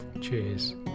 cheers